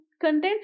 content